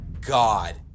god